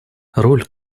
роль